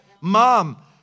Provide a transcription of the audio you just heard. Mom